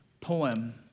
poem